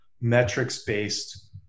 metrics-based